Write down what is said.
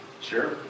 Sure